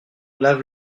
lave